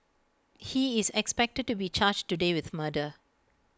he is expected to be charged today with murder